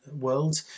world